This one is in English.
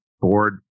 board